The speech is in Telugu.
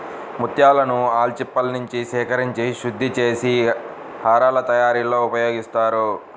ముత్యాలను ఆల్చిప్పలనుంచి సేకరించి శుద్ధి చేసి హారాల తయారీలో ఉపయోగిస్తారు